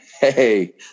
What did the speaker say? hey